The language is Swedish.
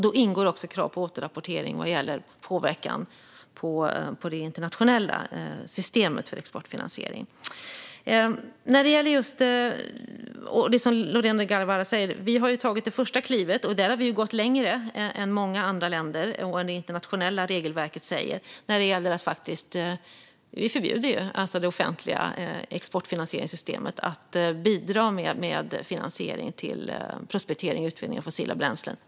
Då ingår också krav på återrapportering vad gäller påverkan på det internationella systemet för exportfinansiering. Som Lorena Delgado Varas säger har vi tagit det första klivet, och där har vi gått längre än många andra länder och längre än vad det internationella regelverket säger. Vi förbjuder det offentliga exportfinansieringssystemet att bidra med finansiering till prospektering och utvinning av fossila bränslen.